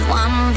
one